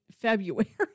February